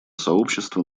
сообщества